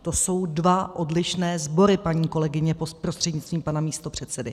To jsou dva odlišné sbory, paní kolegyně prostřednictvím pana místopředsedy.